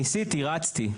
ניסיתי, רצתי.